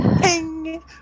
Ping